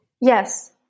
Yes